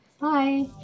Bye